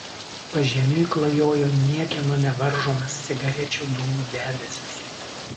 pažemiui klajojo niekieno nevaržomas cigarečių dūmų debesis